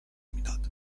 میداد